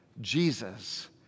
Jesus